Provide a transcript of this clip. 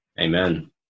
amen